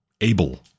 able